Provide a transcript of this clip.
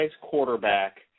quarterback